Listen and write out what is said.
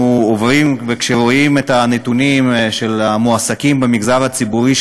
כשרואים את הנתונים על עולים שמועסקים במגזר הציבורי,